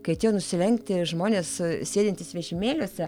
kai atėjo nusilenkti žmonės sėdintys vežimėliuose